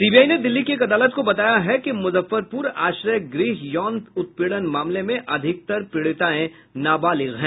CBI ने दिल्ली की एक अदालत को बताया है कि मजुफ्फरपुर आश्रय गृह यौन उत्पीड़न मामले में अधिकतर पीड़िताएं नाबालिग हैं